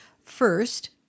First